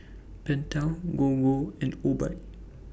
Pentel Gogo and Obike